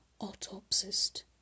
autopsist